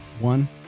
one